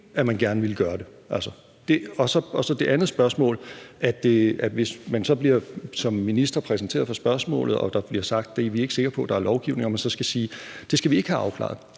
at man gerne ville gøre det. Og så er der den anden præmis, nemlig at hvis man som minister bliver præsenteret for spørgsmålet og der bliver sagt, at de ikke er sikre på, at der er lovgivning om det, så skulle man sige: Det skal vi ikke have afklaret.